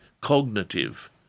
cognitive